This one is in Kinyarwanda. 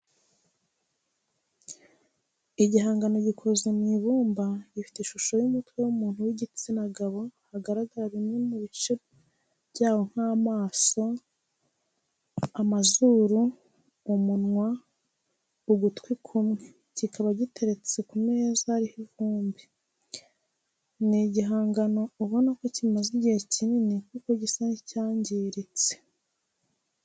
Igihangano gikoze mu ibumba gifite ishusho y'umutwe w'umuntu w'igitsina gabo, hagaragara bimwe mu bice byawo nk'amaso, amazuru, umunwa ugutwi kumwe, kikaba giteretse ku meza ariho ivumbi. Ni igihangano ubona ko kimaze igihe kinini kuko gisa n'icyangiritse.